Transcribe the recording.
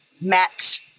met